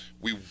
we-